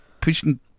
pushing